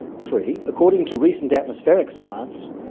three. according to recent atmospheric science,